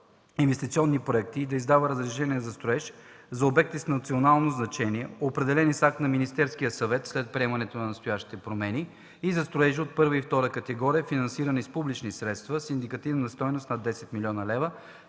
инвестиционни проекти и да издава разрешения за строеж за обекти с национално значение, определени с акт на Министерския съвет, след приемането на настоящите промени, и за строежи от първа и втора категория финансирани с публични средства с индикативна стойност над 10 млн. лв.,